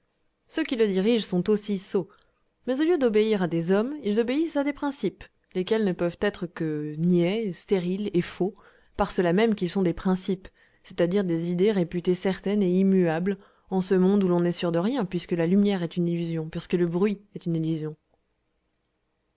ceux qui le dirigent sont aussi sots mais au lieu d'obéir à des hommes ils obéissent à des principes lesquels ne peuvent être que niais stériles et faux par cela même qu'ils sont des principes c'est-à-dire des idées réputées certaines et immuables en ce monde où l'on n'est sûr de rien puisque la lumière est une illusion puisque le bruit est une illusion